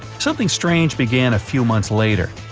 something strange began a few months later.